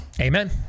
Amen